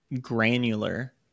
granular